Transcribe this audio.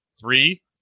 Three